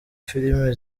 filime